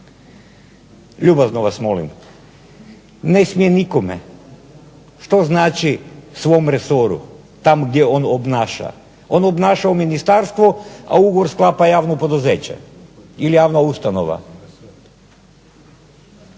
Ljubazno vas molim, ne smije nikome. Što znači svom resoru, tamo gdje on obnaša. On obnaša u ministarstvu, a ugovor sklapa javno poduzeće ili javna ustanova.